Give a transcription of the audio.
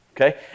Okay